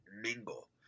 mingle